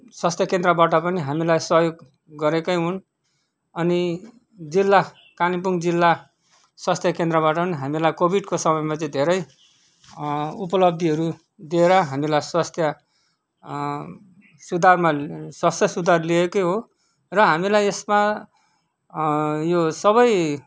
स्वास्थ्य केन्द्रबाट पनि हामीलाई सहयोग गरेकै हुन् अनि जिल्ला कालिम्पोङ जिल्ला स्वास्थ्य केन्द्रबाट पनि हामीलाई कोभिडको समयमा चाहिँ धेरै उपलब्धिहरू दिएर हामीलाई स्वास्थ्य सुधारमा स्वास्थ्य सुधार ल्याएकै हो र हामीलाई यसमा यो सबै